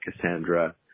Cassandra